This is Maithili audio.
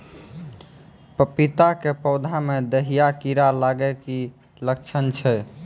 पपीता के पौधा मे दहिया कीड़ा लागे के की लक्छण छै?